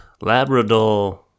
Labrador